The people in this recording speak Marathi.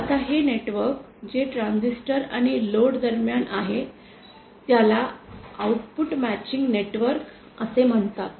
आता हे नेटवर्क जे ट्रांजिस्टर आणि लोड दरम्यान आहे त्याला आउटपुट मॅचिंग नेटवर्क असे म्हणतात